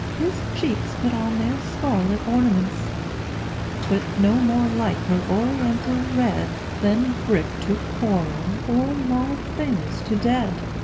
his cheeks put on their scarlet ornaments but no more like her oriental red, than brick to coral or live things to dead.